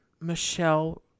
Michelle